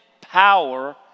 power